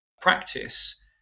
practice